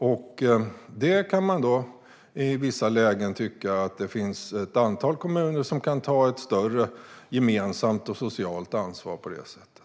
I vissa lägen kan man tycka att det finns ett antal kommuner som kan ta ett större gemensamt och socialt ansvar på detta sätt.